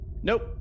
Nope